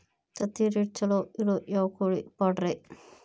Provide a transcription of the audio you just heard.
ತತ್ತಿರೇಟ್ ಛಲೋ ಇರೋ ಯಾವ್ ಕೋಳಿ ಪಾಡ್ರೇ?